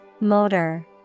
Motor